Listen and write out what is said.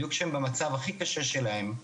במצב הכי קשה שלהם,